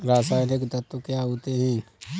रसायनिक तत्व क्या होते हैं?